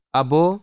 abo